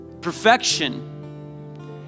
perfection